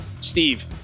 Steve